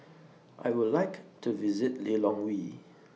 I Would like to visit Lilongwe